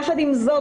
יחד עם זאת,